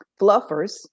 fluffers